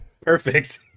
perfect